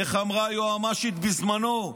איך אמרה היועמ"שית בזמנו?